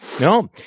No